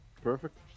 perfect